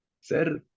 sir